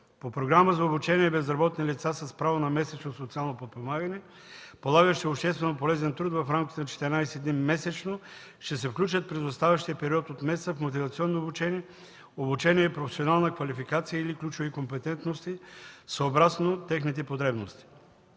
По Програма за обучение на безработни лица с право на месечно социално подпомагане, полагащи общественополезен труд в рамките на 14 дни месечно, ще се включат в оставащия период от месеца в мотивационно обучение, обучение „Професионална квалификация” или „Ключови компетентности” съгласно техните потребности.